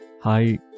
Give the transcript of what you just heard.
Hi